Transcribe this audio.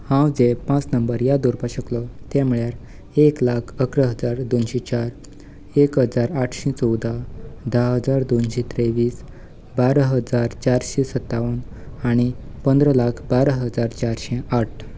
हांव जे पांच नंबर याद दवरपाक शकलो ते म्हणल्यार एक लाख अकरा हजार दोनशे चार एक हजार आठशे चवदा धा हजार दोनशे त्रेवीस बारा हजार चारशे सत्तावन आनी पंदरा लाख बारा हजार चारशे आठ